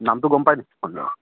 নামটো গম পাইনি মানুহজনৰ